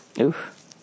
Oof